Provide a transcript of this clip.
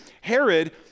Herod